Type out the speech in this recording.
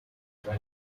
dore